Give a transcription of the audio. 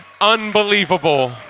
unbelievable